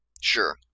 Sure